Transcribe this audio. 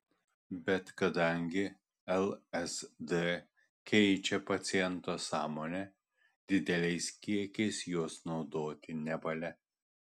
bet kadangi lsd keičia paciento sąmonę dideliais kiekiais jos naudoti nevalia